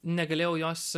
negalėjau jos